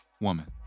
Woman